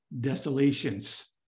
desolations